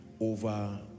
over